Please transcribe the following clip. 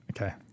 Okay